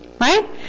Right